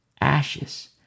ashes